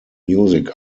music